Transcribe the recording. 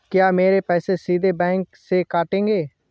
क्या मेरे पैसे सीधे बैंक से कटेंगे?